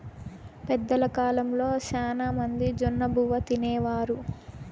పెద్దల కాలంలో శ్యానా మంది జొన్నబువ్వ తినేవారు